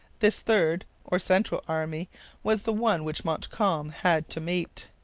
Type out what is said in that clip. this third, or central, army was the one which montcalm had to meet.